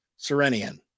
Serenian